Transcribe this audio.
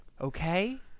Okay